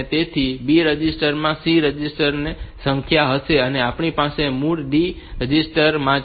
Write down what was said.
તેથી B register માં C register માં તે સંખ્યા હશે જે આપણી પાસે મૂળ D રજિસ્ટર માં છે